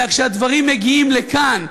אלא כשהדברים מגיעים לכאן,